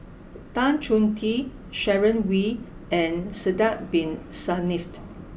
Tan Chong Tee Sharon Wee and Sidek Bin Saniff